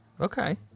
Okay